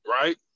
Right